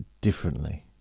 differently